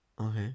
Okay